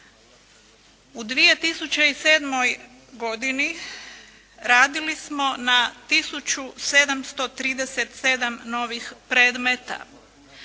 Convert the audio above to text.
U 2007. godini radili smo na 1737 novih predmeta